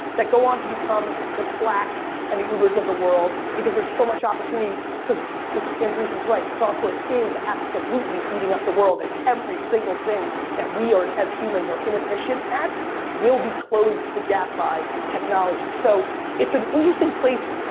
that go on to become the slacks and the ubers of the world because there's so much opportunity because because andreessen and is right, software is absolutely eating up the world and every single thing that we, as humans, are inefficient at will be closed the gap by technology so it's an interesting place.